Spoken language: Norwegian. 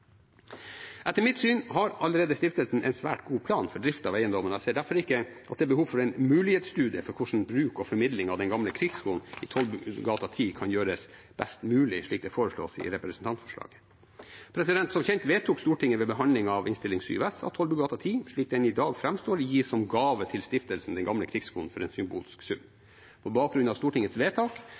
Etter mitt syn har stiftelsen allerede en svært god plan for drift av eiendommen. Jeg ser derfor ikke at det er behov for en mulighetsstudie for hvordan bruk og formidling av Den Gamle Krigsskole i Tollbugata 10 kan gjøres best mulig, slik det foreslås i representantforslaget. Som kjent vedtok Stortinget ved behandlingen av Innst. 7 S at Tollbugata 10, slik den framstår i dag, gis som gave til Stiftelsen Den Gamle Krigsskole for en symbolsk sum. På bakgrunn av Stortingets vedtak